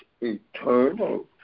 eternal